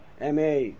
MA